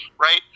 right